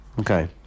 okay